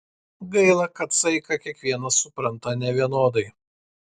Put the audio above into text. gaila kad saiką kiekvienas supranta nevienodai